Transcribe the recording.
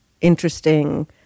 interesting